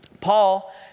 Paul